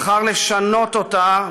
בחר לשנות אותה,